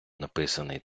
написаний